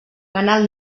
canal